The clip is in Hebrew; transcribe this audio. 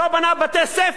לא בנה בתי-ספר,